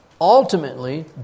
ultimately